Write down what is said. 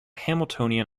hamiltonian